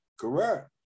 Correct